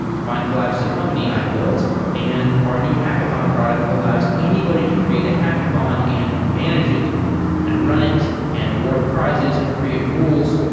findcollabs is a company i built and our new hackathon product allows anybody to create a hackathon and manage it and run it and award prizes and create rules.